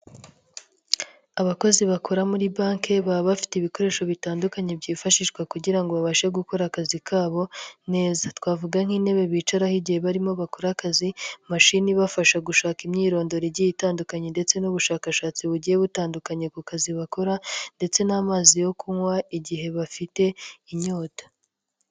Abakozi bakora muri banki baba bafite ibikoresho bitandukanye byifashishwa kugira ngo babashe gukora akazi kabo neza, twavuga nk'intebe bicaraho igihe barimo bakora akazi, mashini ibafasha gushaka imyirondoro igiye itandukanye ndetse n'ubushakashatsi bugiye butandukanye ku kazi bakora ndetse n'amazi yo kunywa igihe bafite inyota.